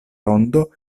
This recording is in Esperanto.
rondo